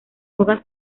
hojas